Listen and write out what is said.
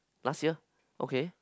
last year okay